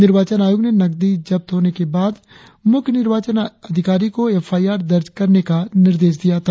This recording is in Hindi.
निर्वाचन आयोग ने नक्दी जब्त होने के बाद मुख्य निर्वाचन अधिकारी को एफ आई आर दर्ज करने का निर्देश दिया था